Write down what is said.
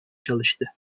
çalıştı